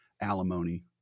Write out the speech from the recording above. alimony